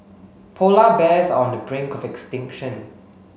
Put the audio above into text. polar bears on the brink of extinction